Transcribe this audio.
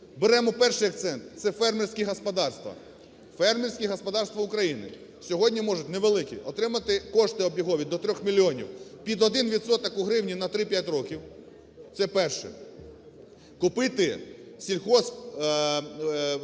Беремо перший акцент – це фермерські господарства. Фермерські господарства України сьогодні можуть, невеликі, отримати кошти обігові до 3 мільйонів під 1 відсоток у гривні на 3-5 років. Це перше. Купити сільгосптехніку,